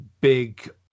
big